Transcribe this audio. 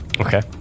okay